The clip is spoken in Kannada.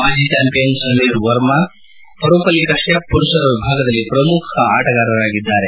ಮಾಜಿ ಚಾಂಪಿಯನ್ ಸಮೀರ್ ವರ್ಮಾ ಪರುಪಲ್ಲಿ ಕಶ್ವಪ್ ಮರುಷರ ವಿಭಾಗದಲ್ಲಿ ಪ್ರಮುಖ ಆಟಗಾರರಾಗಿದ್ದಾರೆ